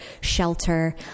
shelter